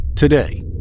Today